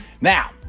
Now